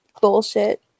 bullshit